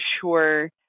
sure